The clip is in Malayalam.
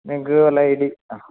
നിങ്ങൾക്ക് വല്ല ഐഡിയയും ആഹ്